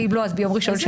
ואם לא ביום ראשון זה,